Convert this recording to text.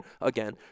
again